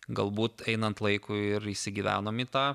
galbūt einant laikui ir įsigyvenom į tą